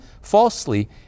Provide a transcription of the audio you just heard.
falsely